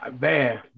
Man